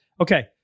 okay